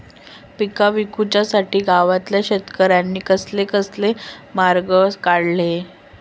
पीक विकुच्यासाठी गावातल्या शेतकऱ्यांनी कसले कसले मार्ग काढले?